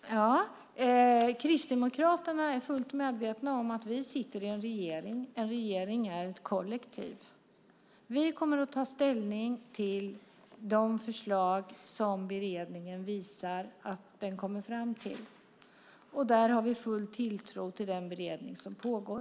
Fru talman! Vi kristdemokrater är fullt medvetna om att vi sitter i en regering. En regering är ett kollektiv. Vi kommer att ta ställning till de förslag som beredningen kommer fram till. Där har vi full tilltro till den beredning som pågår.